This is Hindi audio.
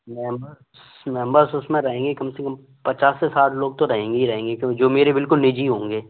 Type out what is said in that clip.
मेम्बर्स उसमें रहेंगे कम से कम पचास से साठ लोग तो रहेंगे ही रहेंगे जो मेरे बिल्कुल निजी होंगे